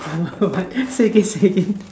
what what what say again say again